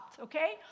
okay